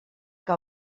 que